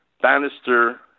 Bannister